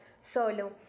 solo